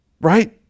Right